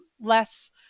less